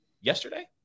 yesterday